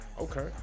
Okay